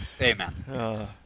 Amen